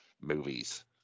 movies